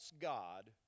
god